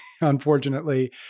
unfortunately